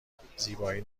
بپوشانندزیبایی